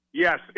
Yes